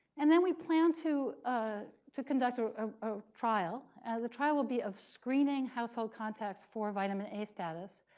and then we plan to ah to conduct a um ah trial. and the trial will be of screening household contacts for vitamin a status.